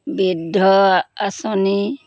বৃদ্ধ আঁচনি